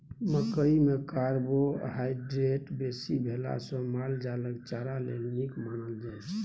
मकइ मे कार्बोहाइड्रेट बेसी भेला सँ माल जालक चारा लेल नीक मानल जाइ छै